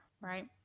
right